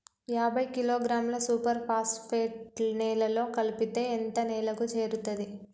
యాభై కిలోగ్రాముల superphosphate నేలలో కలిపితే ఎంత నేలకు చేరుతది?